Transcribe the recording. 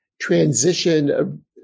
transition